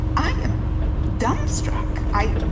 i am dumbstruck. i,